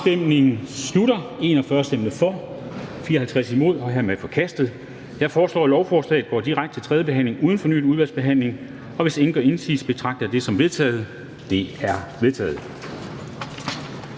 det ikke er tilfældet, er forhandlingen sluttet. Jeg foreslår, at lovforslaget går direkte til tredje behandling uden fornyet udvalgsbehandling. Og hvis ingen gør indsigelse, betragter jeg det som vedtaget. Det er vedtaget.